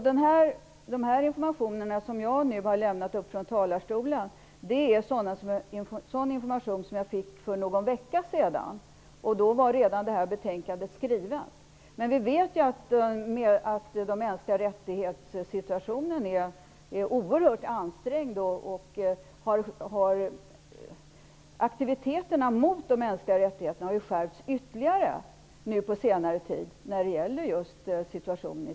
Den information som jag har lämnat från talarstolen fick jag för någon vecka sedan. Då var betänkandet redan skrivet. Men vi vet att situationen för de mänskliga rättigheterna är oerhört ansträngd. Aktiviteterna mot de mänskliga rättigheterna i Turkiet har skärpts ytterligare nu på senare tid.